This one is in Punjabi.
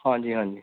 ਹਾਂਜੀ ਹਾਂਜੀ